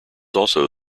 also